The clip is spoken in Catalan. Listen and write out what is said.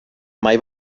mai